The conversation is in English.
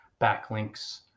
backlinks